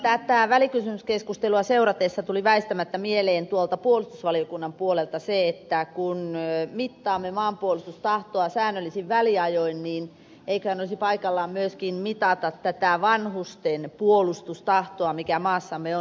tätä välikysymyskeskustelua seuratessa tuli väistämättä mieleen tuolta puolustusvaliokunnan puolelta se että kun mittaamme maanpuolustustahtoa säännöllisin väliajoin niin eiköhän olisi paikallaan myöskin mitata tätä vanhusten puolustustahtoa mikä maassamme on